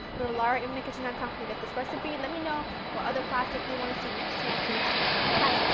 go to laurainthekitchen dot com to get this recipe, let me know what other classic you want to see next and i'll see you next time. bye bye.